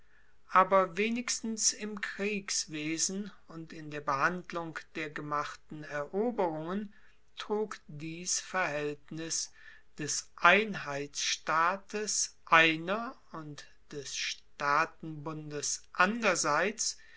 aber wenigstens im kriegswesen und in der behandlung der gemachten eroberungen trug dies verhaeltnis des einheitsstaates einer und des staatenbundes anderseits